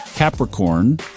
Capricorn